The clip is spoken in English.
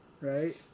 right